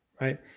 right